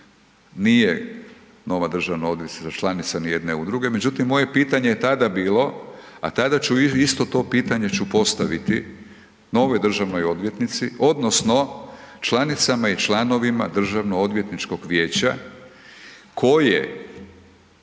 nije nova državna odvjetnica članica ni jedne udruge, međutim moje pitanje je tada bilo, a tada ću isto to pitanje ću postaviti novoj državnoj odvjetnici odnosno članicama i članovima Državno-odvjetničkog vijeća koje